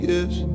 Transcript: Yes